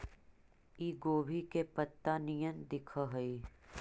इ गोभी के पतत्ता निअन दिखऽ हइ